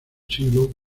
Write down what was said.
siglo